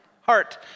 heart